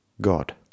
God